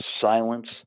silence